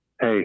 hey